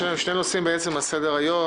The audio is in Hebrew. יש לנו שני נושאים על סדר היום.